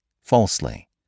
falsely